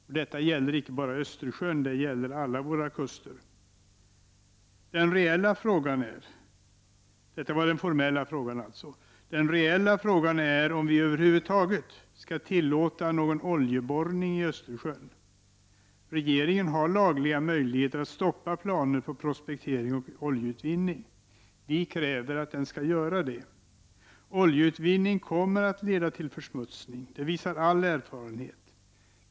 Detta krav gäller inte bara Östersjön, utan alla våra kuster. — Detta var alltså den formella frågan. Den reella frågan är om vi över huvud taget skall tillåta oljeborrning i Östersjön. Regeringen har lagliga möjligheter att stoppa planerna på prospektering och oljeutvinning. Vi kräver att den skall göra det. Oljeutvinning kommer att leda till försmutsning. Det visar all erfarenhet.